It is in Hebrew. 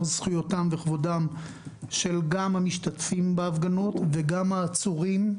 זכויותיהם וכבודם של המשתתפים בהפגנות וגם העצורים.